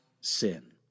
sin